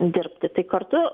dirbti tai kartu